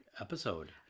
episode